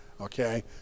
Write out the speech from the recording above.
okay